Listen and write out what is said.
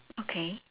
okay